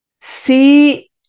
see